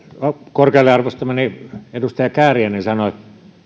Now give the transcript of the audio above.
korkealle arvostamani edustaja kääriäinen sanoi